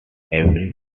every